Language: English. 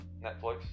Netflix